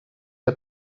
que